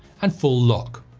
and full lock